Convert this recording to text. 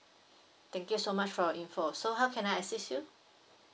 thank you so much for your info so how can I assist you